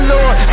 Lord